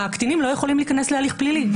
הקטינים לא יכולים להיכנס להליך פלילי.